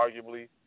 arguably